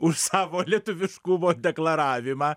už savo lietuviškumo deklaravimą